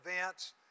events